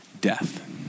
death